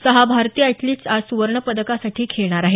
सहा भारतीय अॅथलिट्स आज सुवर्ण पदकासाठी खेळणार आहेत